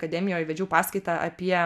akademijoj vedžiau paskaitą apie